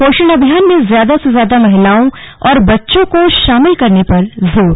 पोषण अभियान में ज्यादा से ज्यादा महिलाओं और बच्चों को शामिल करने पर जोर